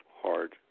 hard